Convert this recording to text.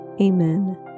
Amen